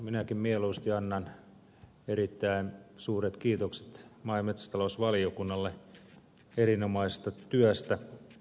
minäkin mieluusti annan erittäin suuret kiitokset maa ja metsätalousvaliokunnalle erinomaisesta työstä